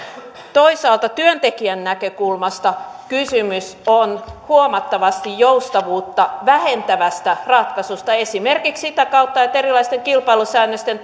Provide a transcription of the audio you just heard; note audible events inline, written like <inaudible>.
toisaalta työntekijän näkökulmasta kysymys on huomattavasti joustavuutta vähentävästä ratkaisusta esimerkiksi sitä kautta että erilaisten kilpailusäännösten <unintelligible>